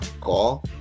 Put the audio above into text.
call